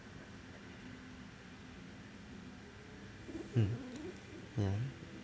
mm mm